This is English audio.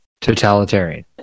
Totalitarian